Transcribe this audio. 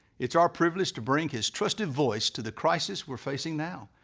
it's our privilege to bring his trusted voice to the crisis we're facing now,